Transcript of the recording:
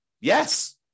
Yes